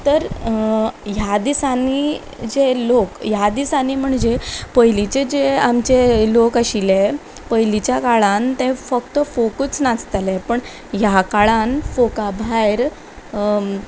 तर ह्या दिसांनी जे लोक ह्या दिसांनी म्हणजे पयलींचे जे आमचे लोक आशिल्ले पयलीच्या काळान ते फक्त फोकूच नाचताले पूण ह्या काळान फोका भायर